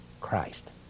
Christ